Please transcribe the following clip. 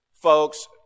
folks